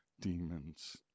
demons